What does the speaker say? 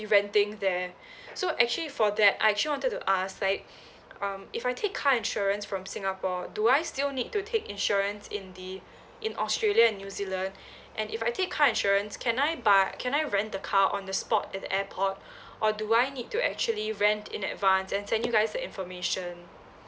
renting there so actually for that I actually wanted to us like um if I take car insurance from singapore do I still need to take insurance in the in australia and new zealand and if I take car insurance can I buy can I rent the car on the spot at the airport or do I need to actually rent in advance and send you guys the information